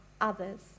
others